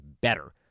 better